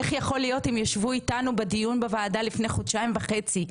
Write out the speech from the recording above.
איך יכול להיות אם הם ישבו איתנו בדיון בוועדה לפני חודשיים וחצי,